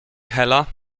hela